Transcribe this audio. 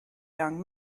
young